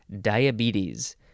diabetes